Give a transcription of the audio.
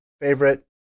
favorite